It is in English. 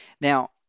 Now